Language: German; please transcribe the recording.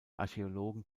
archäologen